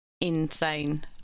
insane